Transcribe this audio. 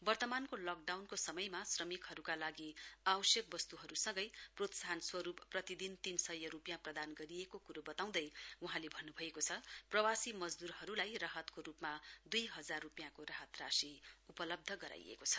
वर्तमानको लक़डाउनको समयमा श्रमिकहरूका लागि आवश्यक वस्तुहरू सँगै प्रोत्साहन स्वरूप प्रतिदिन तीन सय रुपियाँ प्रदान गरिएको कुरो बताउँदै वहाँले भन्नु भयो प्रवासी मददुरहरूलाई राहतको रूपमा दुई हजार रूपियाँको राहत रासी उपलब्ध गराईएको छ